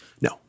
No